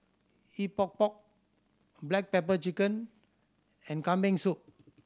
Epok Epok black pepper chicken and Kambing Soup